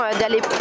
d'aller